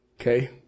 Okay